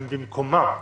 הם במקומם.